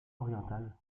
oriental